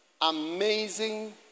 amazing